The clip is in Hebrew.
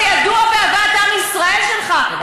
שידוע באהבת עם ישראל שלך,